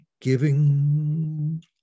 giving